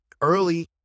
Early